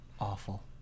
Awful